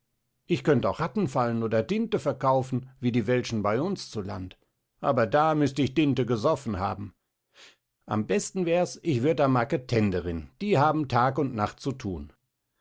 ich könnt auch rattenfallen oder dinte verkaufen wie die welschen bei uns zu land aber da müst ich dinte gesoffen haben am besten wärs ich würd a marketenderin die haben tag und nacht zu thun